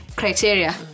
criteria